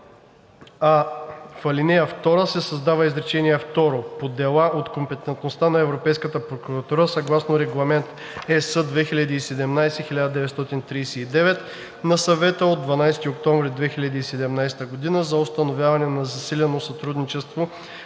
а) в ал. 2 се създава изречение второ: „По дела от компетентност на Европейската прокуратура съгласно Регламент (ЕС) 2017/1939 на Съвета от 12 октомври 2017 г. за установяване на засилено сътрудничество за